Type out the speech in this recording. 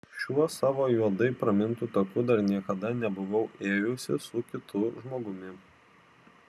šiuo savo juodai pramintu taku dar niekada nebuvau ėjusi su kitu žmogumi